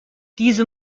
diese